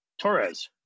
Torres